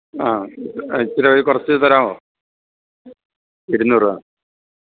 ആ ഇത്തിരി ഒരു കുറച്ച് തരാമോ ഇരുന്നൂറ് രൂപ